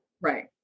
Right